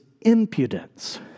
impudence